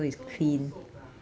so no soap